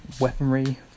weaponry